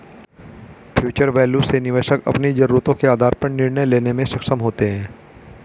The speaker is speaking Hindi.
फ्यूचर वैल्यू से निवेशक अपनी जरूरतों के आधार पर निर्णय लेने में सक्षम होते हैं